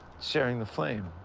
sharing the flame.